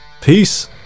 peace